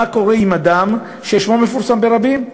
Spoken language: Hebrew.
מה קורה עם אדם ששמו מפורסם ברבים,